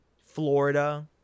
Florida